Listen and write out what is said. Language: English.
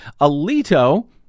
Alito